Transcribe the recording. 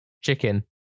Chicken